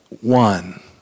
one